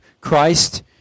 Christ